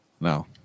No